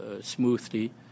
smoothly